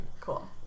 cool